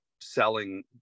selling